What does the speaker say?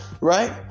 right